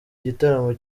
igitaramo